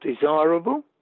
desirable